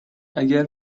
اگه